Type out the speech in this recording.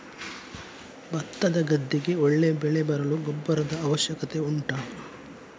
ಭತ್ತದ ಗದ್ದೆಗೆ ಒಳ್ಳೆ ಬೆಳೆ ಬರಲು ಗೊಬ್ಬರದ ಅವಶ್ಯಕತೆ ಉಂಟಾ